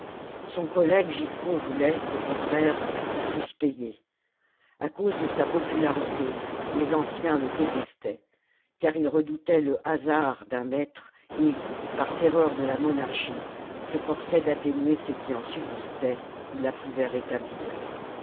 son collègue giscon voulait au contraire qu'ils fussent payés a cause de sa popularité les anciens le détestaient car ils redoutaient le hasard d'un maître et par terreur de la monarchie s'efforçaient d'atténuer ce qui en subsistait ou la pouvait rétablir